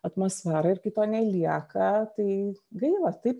atmosferą ir kai to nelieka tai gaila taip